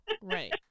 right